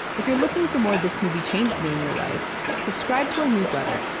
if you're looking for more this movie changed me in your life, subscribe to our newsletter.